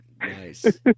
Nice